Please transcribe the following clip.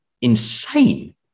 insane